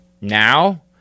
Now